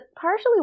partially